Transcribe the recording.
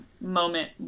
moment